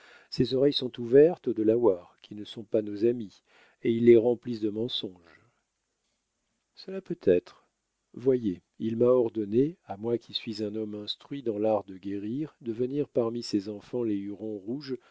ses oreilles sont ouvertes aux delawares qui ne sont pas nos amis et ils les remplissent de mensonges cela peut être voyez il m'a ordonné à moi qui suis un homme instruit dans l'art de guérir de venir parmi ses enfants les hurons rouges